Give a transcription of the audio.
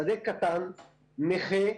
שדה קטן, נכה,